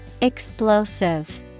Explosive